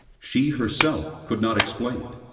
she herself could not explain it.